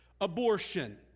abortion